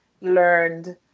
learned